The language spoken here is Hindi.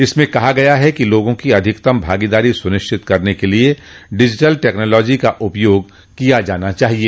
इसमें कहा गया है कि लोगों की अधिकतम भागीदारी सुनिश्चित करने के लिए डिजिटल टैक्नोलॉजी का उपयोग किया जाना चाहिए